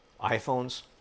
iPhones